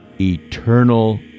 eternal